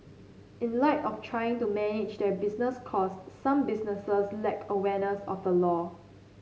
in light of trying to manage their business cost some businesses lack awareness of the law